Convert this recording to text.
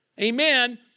Amen